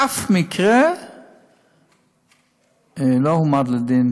באף מקרה לא הועמדו לדין